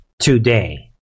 today